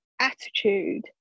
attitude